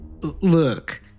look